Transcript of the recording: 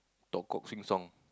talk cock sing song